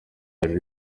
yaje